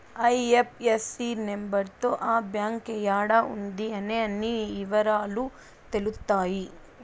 IFSC number తో ఆ bank యాడా ఉంది అనే అన్ని ఇవరాలు తెలుత్తాయి